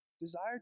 desire